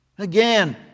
again